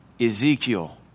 Ezekiel